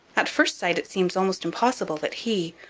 at first sight it seems almost impossible that he,